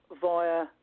via